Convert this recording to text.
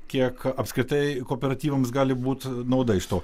kiek apskritai kooperatyvams gali būti nauda iš to